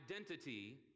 identity